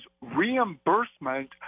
reimbursement